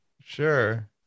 Sure